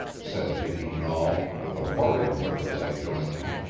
said dicky nahl, with a worried look as i joined him.